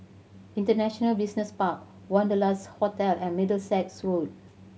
International Business Park Wanderlust Hotel and Middlesex Road